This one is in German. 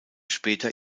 später